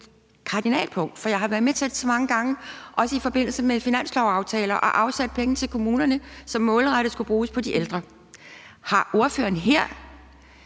kardinalpunkt, for jeg har været med til så mange gange – også i forbindelse med finanslovsaftaler – at afsætte penge til kommunerne, som målrettet skulle bruges på de ældre. Har ordføreren her